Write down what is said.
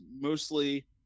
mostly